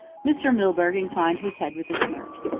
mr. milburgh inclined his head with a smirk.